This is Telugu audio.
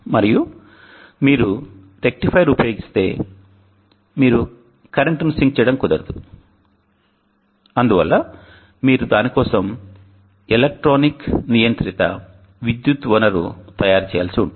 మరియు మీరు రెక్టిఫైయర్ ఉపయోగిస్తే మీరు కరెంట్ను సింక్ చేయడం కుదరదు మరియు అందువల్ల మీరు దాని కోసం ఎలక్ట్రానిక్ నియంత్రిత విద్యుత్ వనరును తయారు చేయాల్సి ఉంటుంది